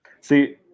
See